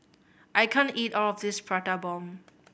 I can't eat all of this Prata Bomb